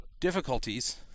difficulties